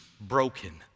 broken